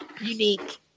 unique